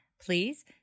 Please